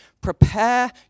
prepare